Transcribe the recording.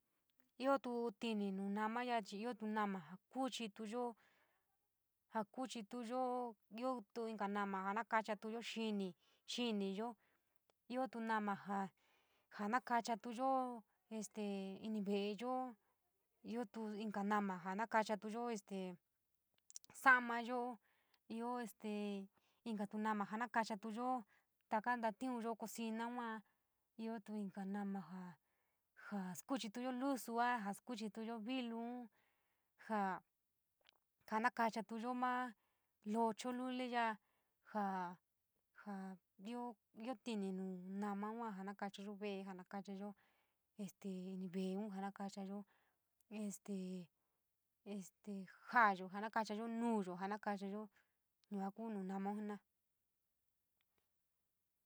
Ioo tu tini nuu nama ya’a chii ioo tuu nama jaa kuchituyo jaa kuchituyo, ioo tu inka nama jaa nakachatuyo xiniyo, iootu nama jaa na kachatuyo este ini veeyo, iootu inka nama jaa nakachatuyo este sa’amayo, ioo este inkatu jaa nakachatu ntatiun cocina yua, iootu inca nama ja, ja skuchituyo lusua ja skuchituyo viluun, ja, ja nakachatuyo maa locho luli ya’a, ja, ja, ioo, ioo tini nuu nama yua ja nakachayo ve’e, jaa nakachayo este ini ve’eun ja na nakachayo este este ja’ayo, ja nakachayo nuuyo, jaa na kachayo yua kuu nuu namaun jena’a.